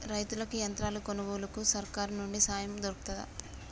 రైతులకి యంత్రాలు కొనుగోలుకు సర్కారు నుండి సాయం దొరుకుతదా?